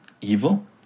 evil